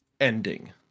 ending